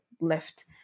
left